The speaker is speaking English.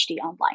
Online